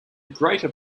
greater